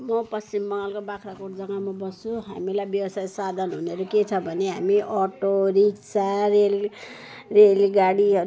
म पश्चिम बङ्गालको बाख्राकोट जगामा बस्छु हामीलाई व्यवसाय साधन भन्नाले के छ भने हामी अटो रिक्सा रेल रेलगाडीहरू